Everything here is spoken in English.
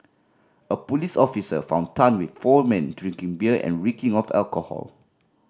a police officer found Tan with four men drinking beer and reeking of alcohol